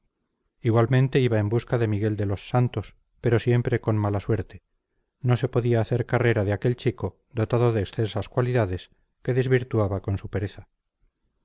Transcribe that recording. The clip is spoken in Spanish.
igualmente iba en busca de miguel de los santos pero siempre con mala suerte no se podía hacer carrera de aquel chico dotado de excelsas cualidades que desvirtuaba con su pereza